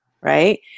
right